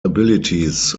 abilities